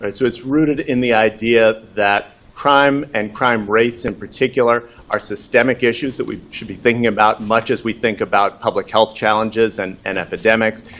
it's rooted in the idea that crime, and crime rates in particular, are systemic issues that we should be thinking about much as we think about public health challenges and and epidemics,